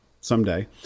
someday